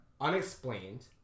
Unexplained